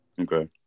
Okay